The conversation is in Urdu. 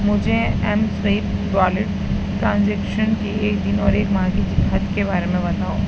مجھے ایم سویپ والیٹ ٹرانجیکشن کی ایک دن اور ایک ماہ کی حد کے بارے میں بتاؤ